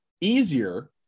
easier